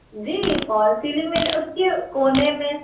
जी fall ceiling में ना उस के कोने में सुंदर